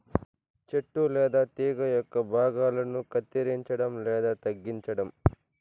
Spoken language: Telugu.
చెట్టు లేదా తీగ యొక్క భాగాలను కత్తిరించడం లేదా తగ్గించటం